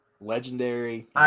Legendary